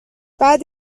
بعد